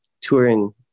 touring